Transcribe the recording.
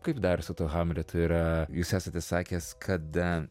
kaip dar su tuo hamletu yra jūs esate sakęs kada